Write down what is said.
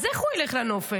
אז איך הוא ילך לנופש?